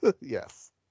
Yes